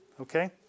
okay